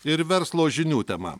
ir verslo žinių tema